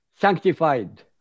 Sanctified